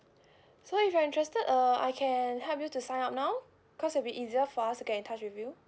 so if you're interested uh I can help you to sign up now because it'll be easier for us to get in touch with you